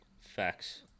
Facts